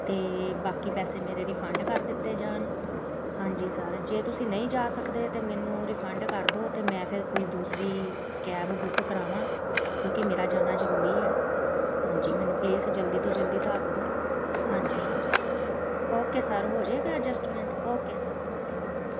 ਅਤੇ ਬਾਕੀ ਪੈਸੇ ਮੇਰੇ ਰਿਫੰਡ ਕਰ ਦਿੱਤੇ ਜਾਣ ਹਾਂਜੀ ਸਰ ਜੇ ਤੁਸੀਂ ਨਹੀਂ ਜਾ ਸਕਦੇ ਤਾਂ ਮੈਨੂੰ ਰਿਫੰਡ ਕਰ ਦਿਉ ਅਤੇ ਮੈਂ ਫਿਰ ਕੋਈ ਦੂਸਰੀ ਕੈਬ ਬੁੱਕ ਕਰਾਵਾਂ ਕਿਉਂਕਿ ਮੇਰਾ ਜਾਣਾ ਜ਼ਰੂਰੀ ਹੈ ਹਾਂਜੀ ਮੈਨੂੰ ਪਲੀਜ਼ ਜਲਦੀ ਤੋਂ ਜਲਦੀ ਦੱਸ ਦਿਉ ਹਾਂਜੀ ਹਾਂਜੀ ਸਰ ਓਕੇ ਸਰ ਹੋ ਜਾਏਗਾ adjustment okay sir okay sir